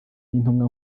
n’intumwa